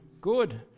good